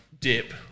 dip